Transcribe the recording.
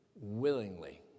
willingly